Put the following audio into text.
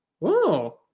whoa